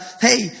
hey